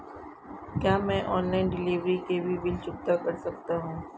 क्या मैं online delivery के भी बिल चुकता कर सकता हूँ?